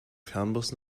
fernbus